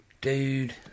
Dude